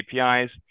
APIs